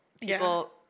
People